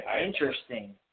Interesting